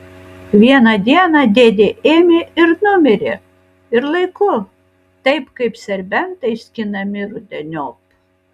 vieną dieną dėdė ėmė ir numirė ir laiku taip kaip serbentai skinami rudeniop